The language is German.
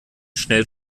schnell